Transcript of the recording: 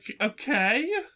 Okay